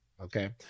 okay